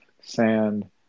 sand